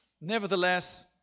Nevertheless